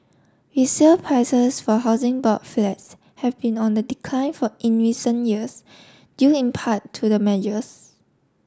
resale prices for Housing Board flats have been on the decline for in recent years due in part to the measures